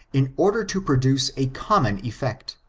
in order to produce a common effect,